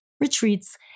retreats